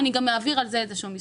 גם אעביר מסמך.